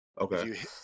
Okay